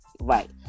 Right